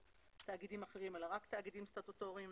תאגידים אחרים אלא רק תאגידים סטטוטוריים.